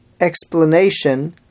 explanation